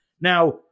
Now